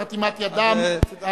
בחתימת ידם,